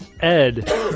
Ed